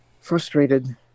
frustrated